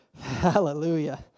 Hallelujah